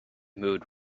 mood